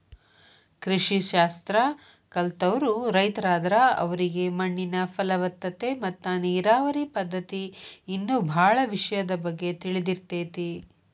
ಕೃಷಿ ಶಾಸ್ತ್ರ ಕಲ್ತವ್ರು ರೈತರಾದ್ರ ಅವರಿಗೆ ಮಣ್ಣಿನ ಫಲವತ್ತತೆ ಮತ್ತ ನೇರಾವರಿ ಪದ್ಧತಿ ಇನ್ನೂ ಬಾಳ ವಿಷಯದ ಬಗ್ಗೆ ತಿಳದಿರ್ತೇತಿ